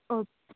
okay